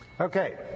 Okay